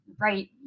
right